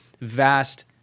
vast